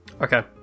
okay